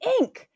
Inc